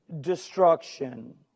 destruction